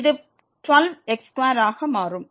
இது 12 x2 ஆக மாறும்